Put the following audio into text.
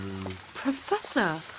Professor